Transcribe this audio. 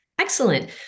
Excellent